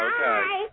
Okay